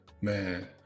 man